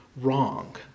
wrong